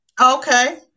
Okay